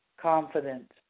Confident